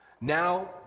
Now